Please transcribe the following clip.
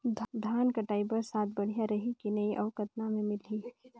धान कटाई बर साथ बढ़िया रही की नहीं अउ कतना मे मिलही?